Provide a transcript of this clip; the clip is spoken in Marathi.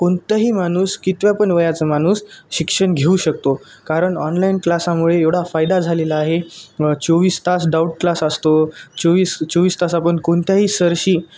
कोणताही माणूस कितव्या पण वयाचं माणूस शिक्षण घेऊ शकतो कारण ऑनलाईन क्लासामुळे एवढा फायदा झालेला आहे चोवीस तास डाऊट क्लास असतो चोवीस चोवीस तास आपण कोणत्याही सरांशी